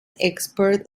expert